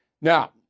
now